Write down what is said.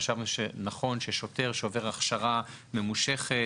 חשבנו שנכון ששוטר שעובר הכשרה ממושכת,